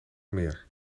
meer